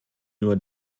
nur